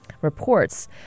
reports